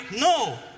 No